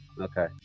Okay